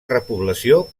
repoblació